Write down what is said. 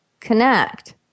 Connect